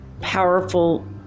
powerful